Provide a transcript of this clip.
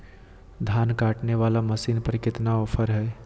धान काटने वाला मसीन पर कितना ऑफर हाय?